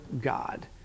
God